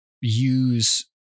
use